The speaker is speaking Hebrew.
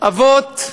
אבות,